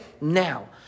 Now